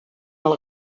will